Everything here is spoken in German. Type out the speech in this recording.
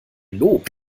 lob